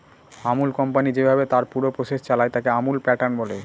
Amul company যেভাবে তার পুরো প্রসেস চালায়, তাকে আমুল প্যাটার্ন বলে